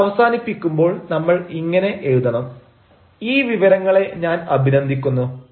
കത്ത് അവസാനിപ്പിക്കുമ്പോൾ നിങ്ങളിങ്ങനെ എഴുതണം ഈ വിവരങ്ങളെ ഞാൻ അഭിനന്ദിക്കുന്നു